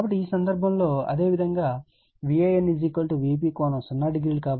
కాబట్టి ఈ సందర్భంలో అదేవిధంగా Van Vp ∠00